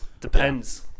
depends